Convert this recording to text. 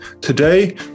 Today